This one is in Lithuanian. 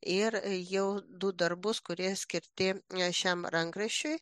ir jau du darbus kurie skirti šiam rankraščiui